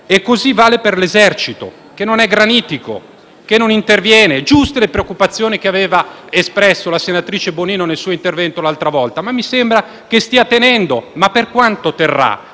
E così vale per l'esercito, che non è granitico, che non interviene. Sono giuste le preoccupazioni che ha espresso la senatrice Bonino nel suo intervento la volta scorsa. Mi sembra però che stia tenendo; ma per quanto lo